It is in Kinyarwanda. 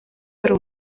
ari